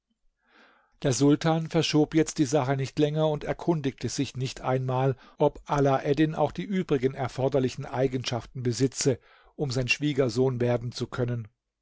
der sultan verschob jetzt die sache nicht länger und erkundigte sich nicht einmal ob alaeddin auch die übrigen erforderlichen eigenschaften besitze um sein schwiegersohn werden zu können